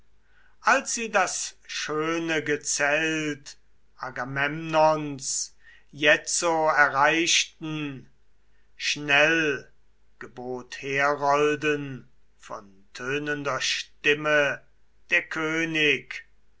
als sie das schöne gezelt agamemnons jetzo erreichten schnell gebot herolden von tönender stimme der könig